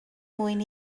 mwyn